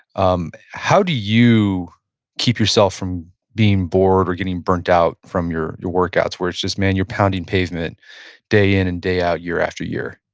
um how do you keep yourself from being bored or getting burnt out from your your workouts where it's just man, you're pounding pavement day in and day out year after year?